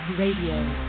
radio